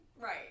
right